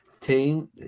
team